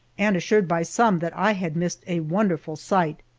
and assured by some that i had missed a wonderful sight.